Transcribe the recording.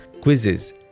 quizzes